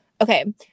Okay